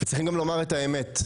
את האמת,